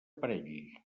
parell